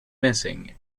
missing